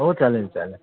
हो चालेल चालेल